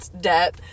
debt